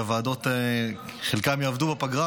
והוועדות חלקן יעבדו בפגרה,